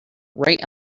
right